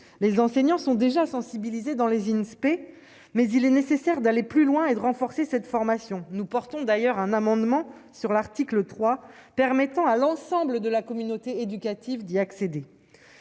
les enseignants sont déjà sensibilisés dans les vignes spé mais il est nécessaire d'aller plus loin et de renforcer cette formation nous portons d'ailleurs un amendement sur l'article 3, permettant à l'ensemble de la communauté éducative d'y accéder,